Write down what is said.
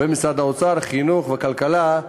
ומשרד האוצר, החינוך והכלכלה,